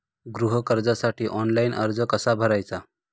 गृह कर्जासाठी ऑनलाइन अर्ज कसा भरायचा?